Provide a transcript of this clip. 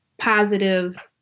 positive